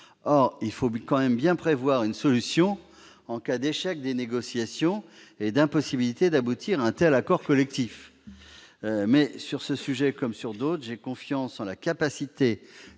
il faut quand même bien prévoir une solution en cas d'échec des négociations et d'impossibilité d'aboutir à un tel accord collectif. Cependant, sur ce sujet, comme sur d'autres, j'ai confiance en la capacité